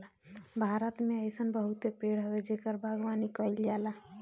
भारत में अइसन बहुते पेड़ हवे जेकर बागवानी कईल जाला